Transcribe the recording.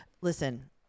Listen